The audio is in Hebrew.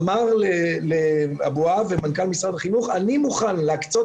אמר לאבוהב מנכ"ל משרד החינוך: אני מוכן להקצות